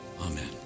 Amen